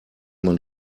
man